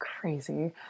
Crazy